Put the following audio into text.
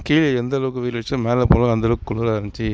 கீழே எந்த அளவுக்கு வெயில் அடிச்சதோ மேலே போனால் அந்தளவுக்கு குளிரா இருந்துச்சி